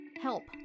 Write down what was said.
Help